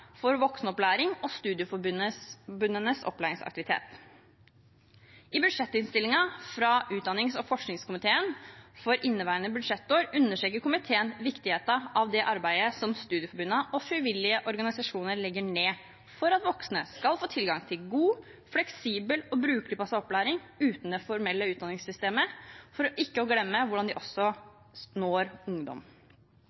for voksenopplæring og studieforbundenes opplæringsaktivitet. I budsjettinnstillingen fra utdannings- og forskningskomiteen for inneværende budsjettår understreker komiteen viktigheten av det arbeidet som studieforbundene og frivillige organisasjoner legger ned for at voksne skal få tilgang til god, fleksibel og brukertilpasset opplæring utenfor det formelle utdanningssystemet – for ikke å glemme hvordan de også